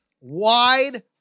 wide